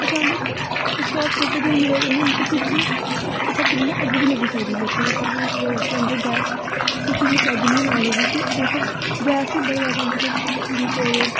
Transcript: ते अचानक short circuit होने दी बजह कन्नै मतलब फ्रिज बी लग्गी सकदी लोकें दे घर सलंडर गैस लोकें गी चज्ज नी ऐ लाने दी ते गैस बी बड़ी ज्यादा मतलब लीक होआ दी